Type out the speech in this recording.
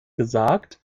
gesagt